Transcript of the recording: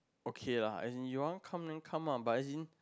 okay lah as in your come then come lah but as in